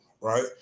Right